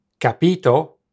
capito